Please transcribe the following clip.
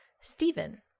Stephen